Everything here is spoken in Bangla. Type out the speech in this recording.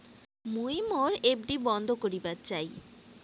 মুই মোর এফ.ডি বন্ধ করিবার চাই